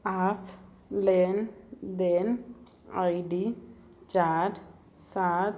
आप लेन देन आई डी चार सात